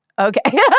Okay